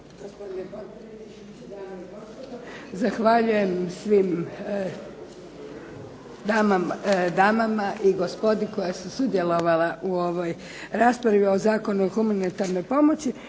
Gospodine potpredsjedniče, dame i gospodo. Zahvaljujem svim damama i gospodi koja su sudjelovala o ovoj raspravi o Zakonu o humanitarnoj pomoći.